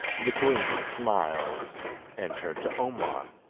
the queen smiled and turned to omar